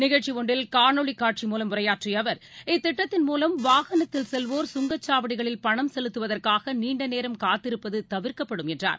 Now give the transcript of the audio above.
நிகழ்ச்சி ஒன்றில் காணொளிக் காட்சி மூலம் உரையாற்றிய அவர் இத்திட்டத்தின் மூலம் வாகனத்தில் செல்வோர் சுங்கச் சாவடிகளில் பணம் செலுத்துவதற்காக நீண்ட நேரம் காத்திருப்பது தவிர்க்கப்படும் என்றார்